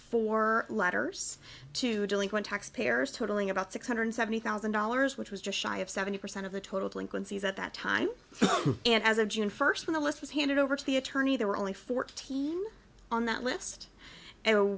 four letters to delinquent taxpayers totaling about six hundred seventy thousand dollars which was just shy of seventy percent of the total delinquencies at that time and as of june first on the list was handed over to the attorney there were only fourteen on that list